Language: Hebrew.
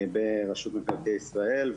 ברשות מקרקעי ישראל,